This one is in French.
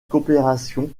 coopération